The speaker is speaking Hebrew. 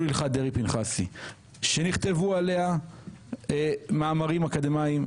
הלכת דרעי-פנחסי שנכתבו עליה מאמרים אקדמאיים,